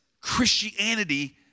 Christianity